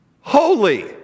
holy